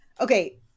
okay